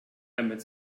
emmett